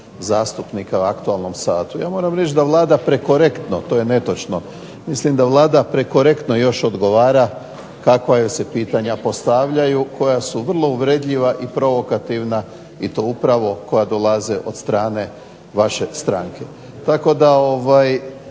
zastupnika u aktualnom satu. Ja moram reći da Vlada prekorektno, to je netočno, mislim da Vlada prekorektno još odgovara kakva joj se pitanja postavljaju koja su vrlo uvredljiva i provokativna i to upravo koja dolaze od strane vaše stranke.